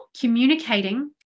communicating